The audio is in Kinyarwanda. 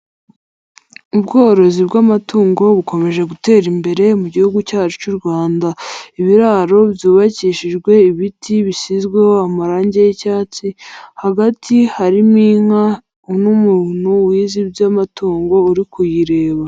Ubworozi bw'amatungo bukomeje gutera imbere mu gihugu cyacu cy'u Rwanda, ibiraro byubakishijwe ibiti bishyizweho amarange y'icyatsi hagati harimo inka n'umuntu wize iby'amatungo uri kuyireba.